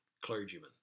clergymen